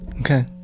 Okay